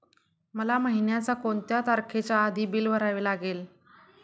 मला महिन्याचा कोणत्या तारखेच्या आधी बिल भरावे लागेल?